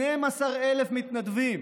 12,000 מתנדבים.